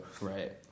Right